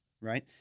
Right